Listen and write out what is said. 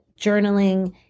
journaling